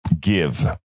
give